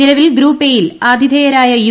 നിലവിൽ group A യിൽ ആതിഥേയരായ യു